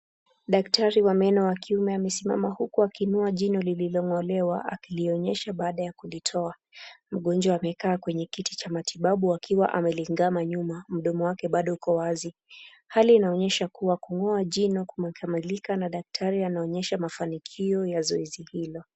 Daktari wa meno wa kiume amesimama huku akiinua jino lililong'olewa akilionyesha baada ya kulitoa. Mgonjwa amekaa kwenye kiti cha matibabu akiwa amelingama nyuma mdomo wake bado uko wazi. Hali inaonyesha kuwa kung'oa jino kumekamilika na daktari anaonyesha mafanikio ya zoezi hilo.